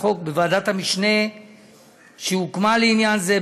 החוק בוועדת המשנה שהוקמה לעניין זה.